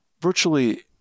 virtually